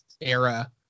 era